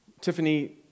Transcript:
Tiffany